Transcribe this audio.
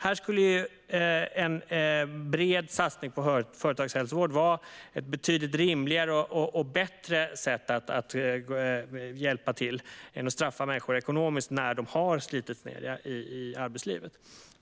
Här skulle om en bred satsning på företagshälsovård vara ett betydligt rimligare och bättre sätt att hjälpa än att straffa människor ekonomiskt när de har slitits ned i arbetslivet.